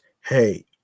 hey